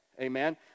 Amen